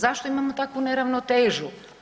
Zašto imamo takvu neravnotežu?